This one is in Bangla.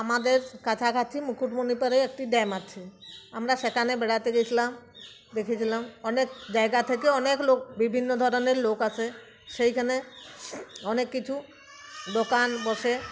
আমাদের কাছাকাছি মুকুটমণিপুরে একটি ড্যাম আছে আমরা সেখানে বেড়াতে গেছিলাম দেখেছিলাম অনেক জায়গা থেকে অনেক লোক বিভিন্ন ধরনের লোক আসে সেইখানে অনেক কিছু দোকান বসে